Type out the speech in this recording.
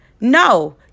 No